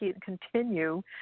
continue